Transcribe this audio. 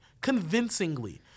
Convincingly